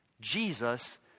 Jesus